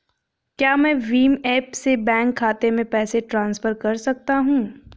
क्या मैं भीम ऐप से बैंक खाते में पैसे ट्रांसफर कर सकता हूँ?